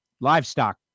livestock